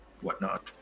whatnot